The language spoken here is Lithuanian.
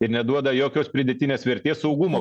ir neduoda jokios pridėtinės vertės saugumo